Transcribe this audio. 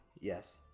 Yes